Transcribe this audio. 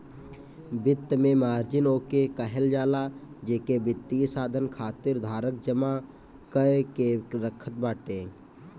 वित्त में मार्जिन ओके कहल जाला जेके वित्तीय साधन खातिर धारक जमा कअ के रखत बाटे